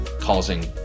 causing